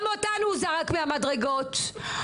גם אותנו זרקו אותנו מהמדרגות,